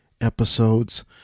episodes